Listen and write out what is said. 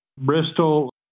Bristol